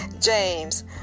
James